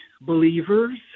believers